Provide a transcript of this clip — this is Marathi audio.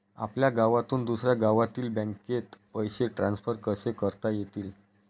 आपल्या गावातून दुसऱ्या गावातील बँकेत पैसे ट्रान्सफर कसे करता येतील?